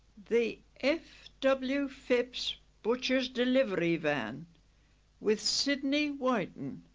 the f w phipps butcher's delivery van with sydney wyton